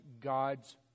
God's